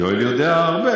יואל יודע הרבה,